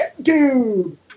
Dude